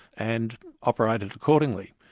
and operated accordingly.